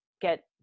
get